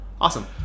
awesome